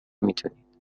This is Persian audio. میتونید